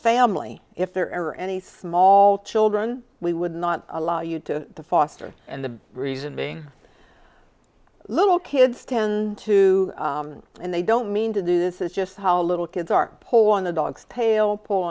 family if there are any small children we would not allow you to foster and the reason being little kids tend to and they don't mean to do this is just how little kids are poor on the dog's tail pull